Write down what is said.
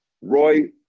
roy